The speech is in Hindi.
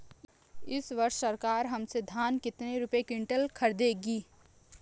इस वर्ष सरकार हमसे धान कितने रुपए प्रति क्विंटल खरीदेगी?